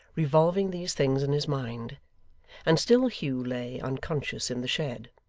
revolving these things in his mind and still hugh lay, unconscious, in the shed.